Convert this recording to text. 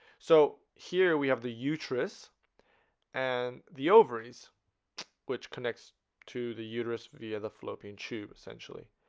so here. we have the uterus and the ovaries which connects to the uterus via the fallopian tube essentially